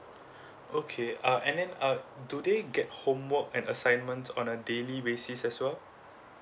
okay uh and then uh do they get homework and assignments on a daily basis as well